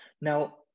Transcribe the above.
Now